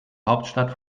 hauptstadt